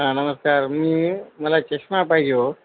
हां नमस्कार मी मला चष्मा पाहिजे हो